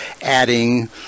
adding